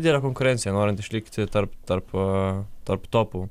didelė konkurencija norint išlikti tarp tarpo tarp topų